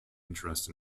interest